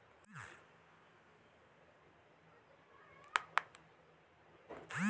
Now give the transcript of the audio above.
एकर कौनो टेसट ही ना होखेला